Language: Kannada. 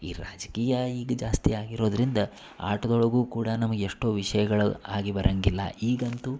ಈ ರಾಜಕೀಯ ಈಗ ಜಾಸ್ತಿ ಆಗಿರೋದರಿಂದ ಆಟದೊಳಗೂ ಕೂಡ ನಮಗೆ ಎಷ್ಟೋ ವಿಷಯಗಳು ಆಗಿ ಬರೋಂಗಿಲ್ಲ ಈಗಂತೂ